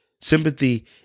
Sympathy